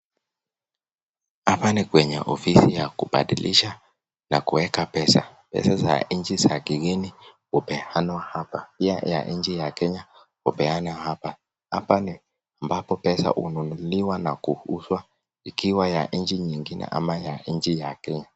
Hapa ni kwenye ofisi ya kubadilisha na kuweka pesa . Pesa za nchi ya kigeni hupeanwa hapa . Pia ya nchi ya kenya hupeanwa hapa . Hapa ni ambapo ununuliwa pesa na kuuzwa ikiwa ya nchi nyingine ama ya nchi ya kenya.